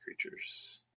creatures